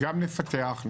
גם נפתח,